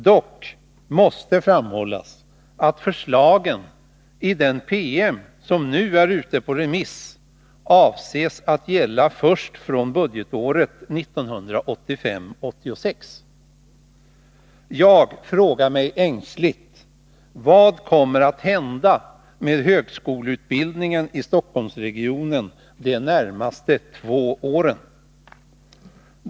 Dock måste framhållas att förslagen i den PM som nu är ute på remiss avses att gälla först från budgetåret 1985/86. Jag frågar ängslig: Vad kommer att hända med högskoleutbildningen i Stockholmsregionen de närmaste två åren?